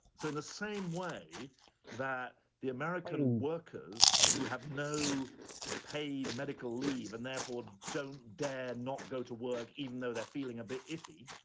so in the same way that the american workers who have no paid medical leave and therefore don't dare not go to work, even though they're feeling a bit iffy.